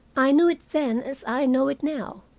i knew it then as i know it now.